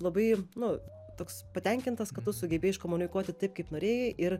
labai nu toks patenkintas kad tu sugebėjai iškomunikuoti taip kaip norėjai ir